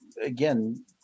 again